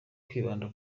kwibanda